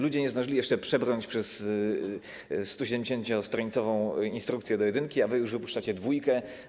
Ludzie nie zdążyli jeszcze przebrnąć przez 170-stronicową instrukcję do jedynki, a już wypuszczacie dwójkę.